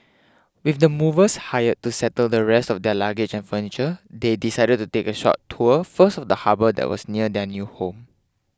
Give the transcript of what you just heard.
with the movers hired to settle the rest of their luggage and furniture they decided to take a short tour first of the harbour that was near their new home